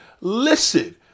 Listen